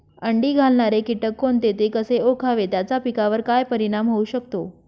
अंडी घालणारे किटक कोणते, ते कसे ओळखावे त्याचा पिकावर काय परिणाम होऊ शकतो?